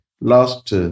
last